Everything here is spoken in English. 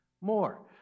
more